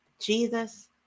Jesus